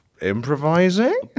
improvising